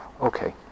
Okay